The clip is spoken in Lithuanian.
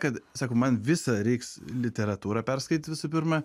kad sako man visą reiks literatūrą perskait visų pirma